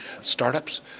startups